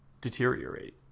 deteriorate